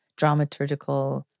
dramaturgical